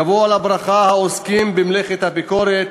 יבואו על הברכה העוסקים במלאכת הביקורת